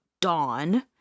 Dawn